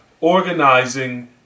organizing